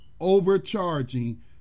overcharging